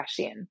Kardashian